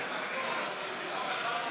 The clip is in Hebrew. התשע"ח 2017,